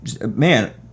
Man